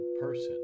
person